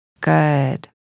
Good